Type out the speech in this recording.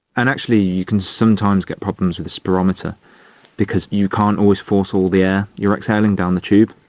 and actually you can sometimes get problems with the spirometer because you can't always force all the air. you are exhaling down the tube,